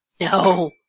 No